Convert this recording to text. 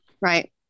right